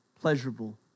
pleasurable